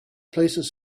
places